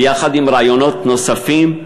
ויחד עם רעיונות נוספים,